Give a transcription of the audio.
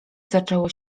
zaczęło